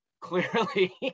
clearly